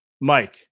Mike